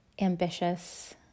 ambitious